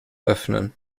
öffnen